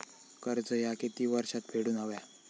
कर्ज ह्या किती वर्षात फेडून हव्या?